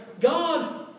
God